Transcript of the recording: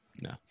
no